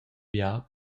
bia